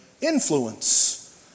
Influence